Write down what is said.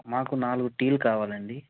మాకు నాలుగు టీలు కావాలండి